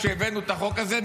כשהבאנו את החוק הזה,